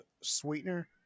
sweetener